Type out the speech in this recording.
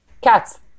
cats